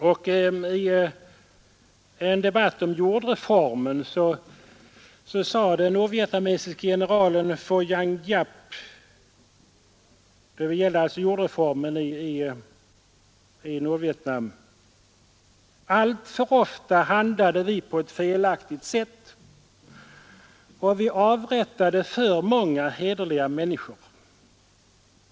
Och då den nordvietnamesiske generalen Vo Nguyen Giap en gång talade om jordreformen i Nordvietnam sade han: ”Alltför ofta handlade vi på ett felaktigt sätt och vi avrättade för många hederliga människor.